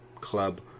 Club